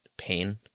pain